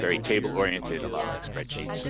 very table oriented, a lot like spreadsheets.